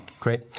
Great